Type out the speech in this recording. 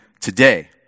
today